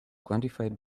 quantified